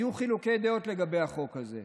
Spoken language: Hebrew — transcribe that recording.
היו חילוקי דעות לגבי החוק הזה: